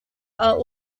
are